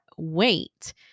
wait